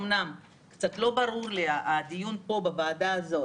אומנם קצת לא ברור לי הדיון פה בוועדה הזאת